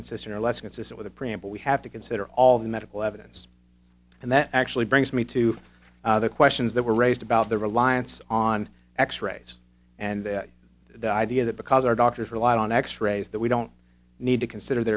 consistent or less consistent with a preamble we have to consider all the medical evidence and that actually brings me to the questions that were raised about the reliance on x rays and the idea that because our doctors relied on x rays that we don't need to consider